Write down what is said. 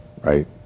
right